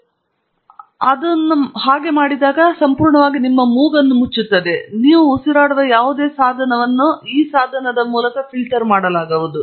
ನೀವು ಅದನ್ನು ಹಾಗೆ ಮಾಡಿದರೆ ಅದು ಸಂಪೂರ್ಣವಾಗಿ ನಿಮ್ಮ ಮೂಗುವನ್ನು ಮುಚ್ಚುತ್ತದೆ ಮತ್ತು ನಂತರ ನೀವು ಉಸಿರಾಡುವ ಯಾವುದೇ ಸಾಧನವನ್ನು ಈ ಸಾಧನದ ಮೂಲಕ ಫಿಲ್ಟರ್ ಮಾಡಲಾಗುವುದು